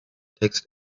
text